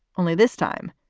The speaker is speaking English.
only this time,